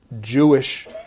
Jewish